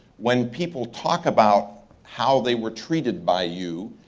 when people talk about how they were treated by you,